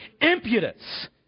impudence